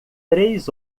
três